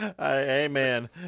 Amen